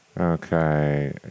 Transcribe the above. Okay